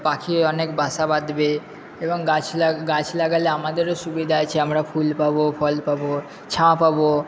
পাখি অনেক বাসা বাঁধবে এবং গাছ গাছ লাগালে আমাদেরও সুবিধা আছে আমরা ফুল পাব ফল পাব ছায়া পাব